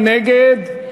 מי נגד?